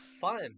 Fun